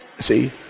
See